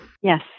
Yes